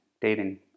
dating